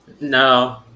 No